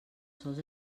sols